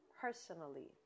personally